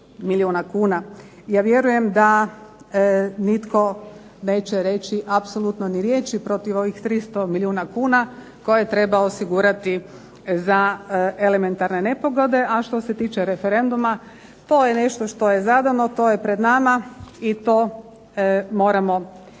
Ja vjerujem da nitko neće reći apsolutno ni riječi protiv ovih 300 milijuna kuna koje treba osigurati za elementarne nepogode, a što se tiče referenduma to je nešto što je zadano, to je pred nama i to moramo provesti.